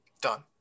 Done